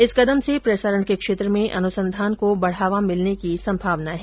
इस कदम से प्रसारण के क्षेत्र में अनुसंधान को बढ़ावा मिलने की संभावना है